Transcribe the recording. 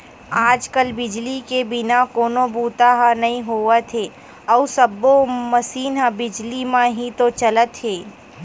आज कल बिजली के बिना कोनो बूता ह नइ होवत हे अउ सब्बो मसीन ह बिजली म ही तो चलत हे